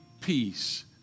peace